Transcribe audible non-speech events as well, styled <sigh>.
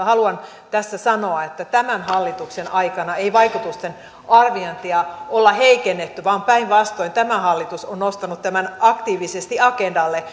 <unintelligible> haluan tässä sanoa että tämän hallituksen aikana ei vaikutusten arviointia olla heikennetty vaan päinvastoin tämä hallitus on nostanut tämän aktiivisesti agendalle <unintelligible>